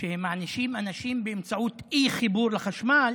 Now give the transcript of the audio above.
שהם מענישים אנשים באמצעות אי-חיבור לחשמל